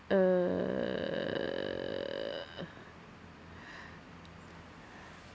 uh